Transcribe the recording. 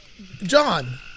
John